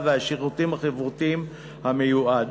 והשירותים החברתיים המיועד